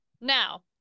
now